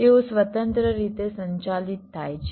તેઓ સ્વતંત્ર રીતે સંચાલિત થાય છે